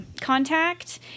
contact